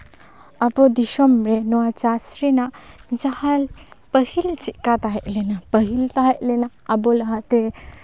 ᱟᱵᱚ ᱫᱤᱥᱚᱢᱨᱮ ᱱᱚᱣᱟ ᱪᱟᱥ ᱨᱮᱱᱟᱜ ᱡᱟᱦᱟᱸᱭ ᱯᱟᱹᱦᱤᱞ ᱪᱮᱫᱠᱟ ᱛᱟᱦᱮᱸ ᱞᱮᱱᱟ ᱯᱟᱹᱦᱤᱞ ᱛᱟᱦᱮᱸ ᱞᱮᱱᱟ ᱟᱵᱚ ᱞᱟᱦᱟᱛᱮ